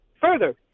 further